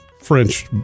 french